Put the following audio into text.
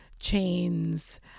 chains